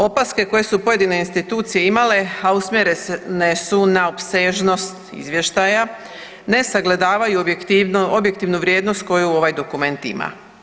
Opaske koje su pojedine institucije imale, a usmjerene su na opsežnost izvještaja ne sagledavaju objektivnu vrijednost koju ovaj dokument ima.